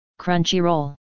Crunchyroll